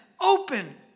open